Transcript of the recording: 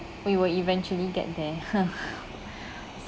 we will eventually get there !huh!